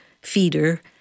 feeder